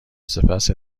سپس